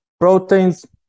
proteins